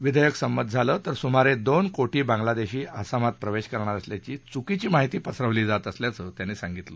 विधेयक संमत झालं तर सुमारे दोन कोटी बांगलादेशी आसामात प्रवेश करणार असल्याची चुकीची माहिती पसरवली जात असल्याचं त्यांनी सांगितलं